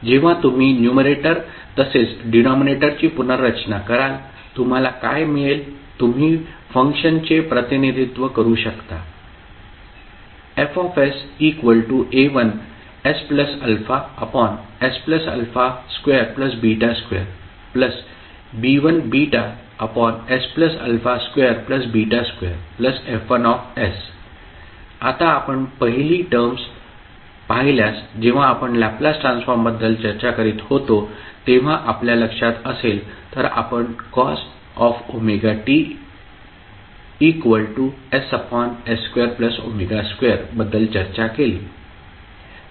जेव्हा तुम्ही न्युमरेटर तसेच डिनॉमिनेटरची पुनर्रचना कराल तुम्हाला काय मिळेल तुम्ही फंक्शनचे प्रतिनिधित्व करू शकता FsA1sαsα22B1sα22F1s आता आपण पहिली टर्म्स पाहिल्यास जेव्हा आपण लॅपलास ट्रान्सफॉर्मबद्दल चर्चा करीत होतो तेव्हा आपल्या लक्षात असेल तर आपण cos wt ⇔ss2w2 बद्दल चर्चा केली